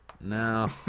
no